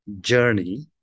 journey